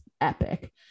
epic